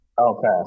Okay